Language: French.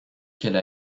qu’elle